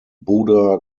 buda